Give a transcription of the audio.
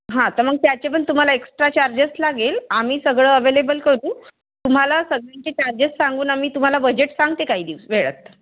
हां तर मग त्याचे पण तुम्हाला एक्स्ट्रा चार्जेस लागेल आम्ही सगळं अवेलेबल करू तुम्हाला सगळ्यांचे चार्जेस सांगून आम्ही तुम्हाला बजेट सांगते काही दिवस वेळात